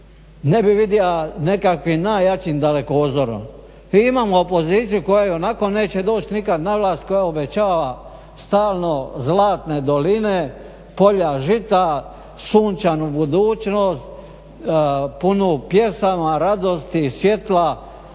ne bi vidio nekakvim najjačim dalekozorom. Imamo opoziciju koja ionako neće doći nikad na vlast, koja obećava stalno zlatne doline, polja žita, sunčanu budućnost punu pjesama, radosti i svjetla